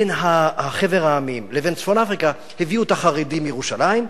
בין חבר העמים לבין צפון-אפריקה הביאו את החרדים מירושלים,